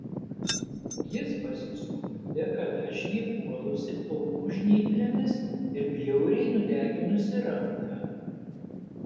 jis pasiskundė kad aš jį puolusi plaukų žnyplėmis ir bjauriai nudeginusi ranką